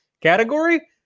category